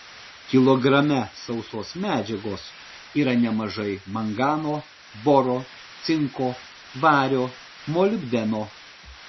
kilograme sausos medžiagos yra nemažai mangano boro cinko vario molibdeno